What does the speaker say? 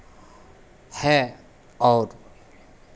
है और